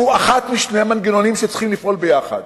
הוא אחד משני מנגנונים שצריכים לפעול ביחד.